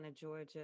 Georgia